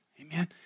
Amen